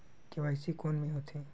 KYC कोन में होथे?